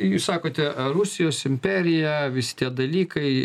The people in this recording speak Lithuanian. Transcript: jūs sakote rusijos imperija visi tie dalykai